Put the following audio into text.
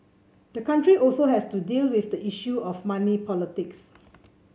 the country also has to deal with the issue of money politics